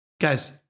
Guys